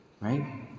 right